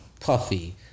Puffy